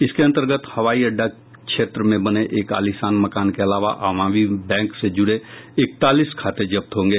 इसके अंतर्गत हवाई अड्डा क्षेत्र में बने एक आलिशान मकान के अलावा आवामी बैंक से जुड़े इकतालीस खाते जब्त होंगे